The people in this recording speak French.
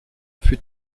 fut